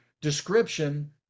description